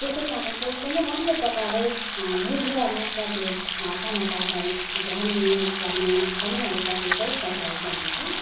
त्यसै कारण चाहिँ एकदमै राम्रो प्रकारले बुझेर मात्र त्यो समाचारलाई ध्यान दिनुपर्ने पनि अब कतिपय बताएको हुन्छ